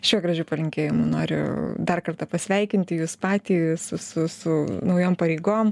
šiuo gražiu palinkėjimu noriu dar kartą pasveikinti jus patį su su su naujom pareigom